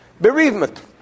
bereavement